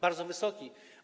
Bardzo wysoki.